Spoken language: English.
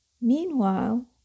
Meanwhile